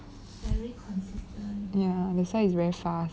ya that's why it's very fast